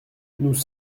nous